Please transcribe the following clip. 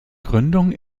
gründung